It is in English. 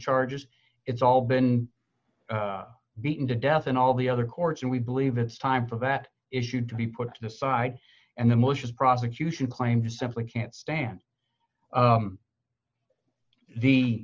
charges it's all been beaten to death and all the other courts and we believe it's time for that issue to be put to the side and the malicious prosecution claims simply can't stand the